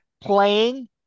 playing